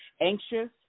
anxious